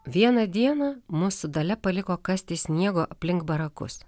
vieną dieną mus su dalia paliko kasti sniego aplink barakus